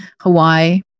Hawaii